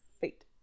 Fate